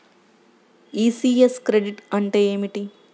ECS credit అంటే ఏమిటి?